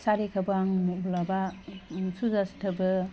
सारिखौबो आं माब्लाबा सुजा सुथाबो